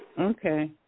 Okay